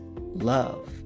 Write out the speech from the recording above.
love